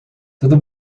tudo